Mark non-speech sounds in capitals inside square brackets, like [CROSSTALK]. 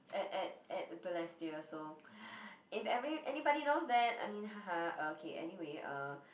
at at at Balestier so [BREATH] if every anybody knows that I mean ha ha uh okay anyway uh